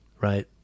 right